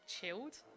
chilled